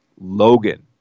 Logan